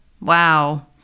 Wow